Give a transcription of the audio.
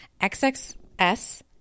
XXS